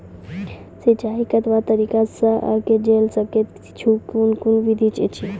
सिंचाई कतवा तरीका सअ के जेल सकैत छी, कून कून विधि ऐछि?